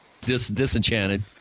disenchanted